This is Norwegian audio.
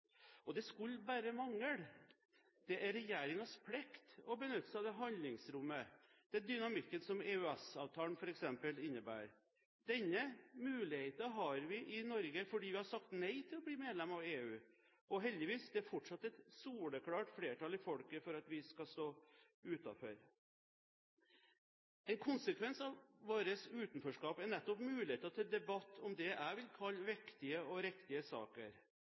Og det skulle bare mangle! Det er regjeringens plikt å benytte seg av det handlingsrommet, den dynamikken, som f.eks. EØS-avtalen innebærer. Denne muligheten har vi i Norge fordi vi har sagt nei til å bli medlem i EU – og heldigvis: Det er fortsatt et soleklart flertall i folket for at vi skal stå utenfor. En konsekvens av vårt utenforskap er nettopp mulighet til debatt om det jeg vil kalle viktige og riktige saker.